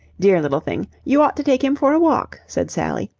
dear little thing! you ought to take him for a walk, said sally.